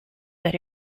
that